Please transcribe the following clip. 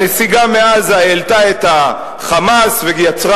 הנסיגה מעזה העלתה את ה"חמאס" ויצרה